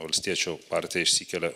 valstiečių partija išsikelia